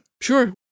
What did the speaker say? Sure